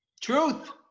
Truth